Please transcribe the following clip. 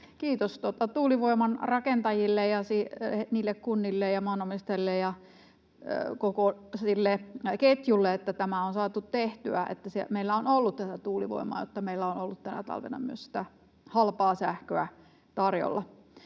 Kiitos tuulivoiman rakentajille ja niille kunnille ja maanomistajille ja koko sille ketjulle, että tämä on saatu tehtyä ja että meillä on ollut tätä tuulivoimaa, jotta meillä on ollut tänä talvena myös sitä halpaa sähköä tarjolla.